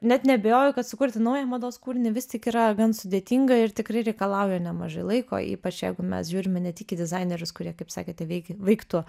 net neabejoju kad sukurti naują mados kūrinį vis tik yra gan sudėtinga ir tikrai reikalauja nemažai laiko ypač jeigu mes žiūrime ne tik į dizainerius kurie kaip sakėte veikia veiktų